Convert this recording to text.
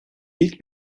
i̇lk